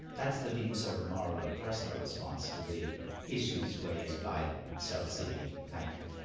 that's the deep sort of moral or personal response to the issues raised by self-seeking. thank you.